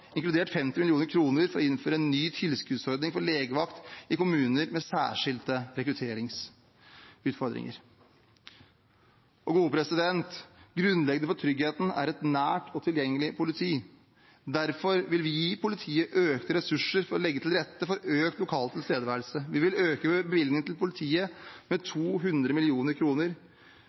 inkludert 50 mill. kr for å innføre en ny tilskuddsordning for legevakt i kommuner med særskilte rekrutteringsutfordringer. Grunnleggende for tryggheten er et nært og tilgjengelig politi. Derfor vil vi gi politiet økte ressurser for å legge til rette for økt lokal tilstedeværelse. Vi vil øke bevilgningene til politiet med 200